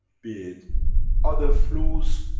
be it other flus,